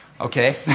Okay